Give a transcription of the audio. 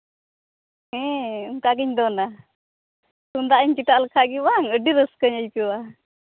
ᱦᱮᱸ ᱚᱱᱠᱟᱜᱤᱧ ᱫᱚᱱᱟ ᱛᱩᱢᱫᱟᱜ ᱤᱧ ᱪᱮᱴᱟᱜ ᱞᱮᱠᱷᱟᱱ ᱜᱮ ᱵᱟᱝ ᱟᱹᱰᱤ ᱨᱟᱹᱥᱠᱟᱹᱧ ᱟᱹᱭᱠᱟᱹᱣᱟ